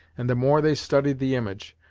and the more they studied the image,